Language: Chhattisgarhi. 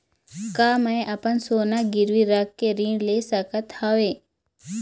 का मैं अपन सोना गिरवी रख के ऋण ले सकत हावे?